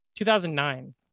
2009